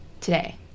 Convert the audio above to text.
today